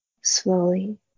Slowly